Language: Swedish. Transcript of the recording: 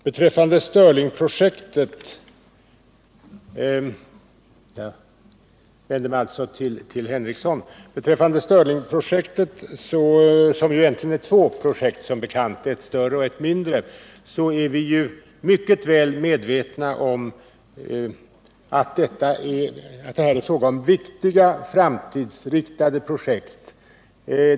Beträffande stirlingprojektet — jag vänder mig alltså till Lars Henrikson — som ju egentligen är två projekt, ett större och ett mindre, är vi mycket väl medvetna om att det är fråga om viktiga, framtidsinriktade projekt.